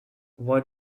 what